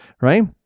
right